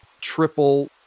triple